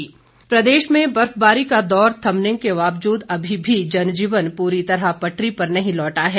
मौसम प्रदेश में बर्फबारी का दौर थमने के बावजूद अभी जनजीवन पूरी तरह से पटरी पर नहीं लौटा है